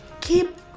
Keep